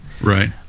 Right